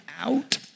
out